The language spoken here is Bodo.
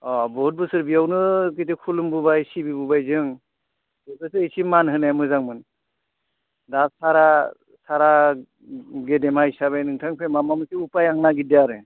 अ बुहुद बोसोर बेयावनो जिहेतु खुलुमबोबाय सिबिबोबाय जों बेफोरखौ एसे मान होनाया मोजांमोन दा सारआ सारआ गेदेमा हिसाबै नोंथांखौ माबा मोनसे उपाय आं नागिरदों आरो